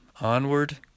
Onward